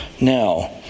now